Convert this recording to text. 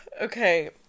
Okay